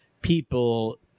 people